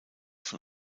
von